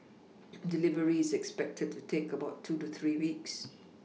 delivery is expected to take about two to three weeks